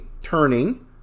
turning